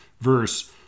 verse